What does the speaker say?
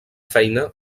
feina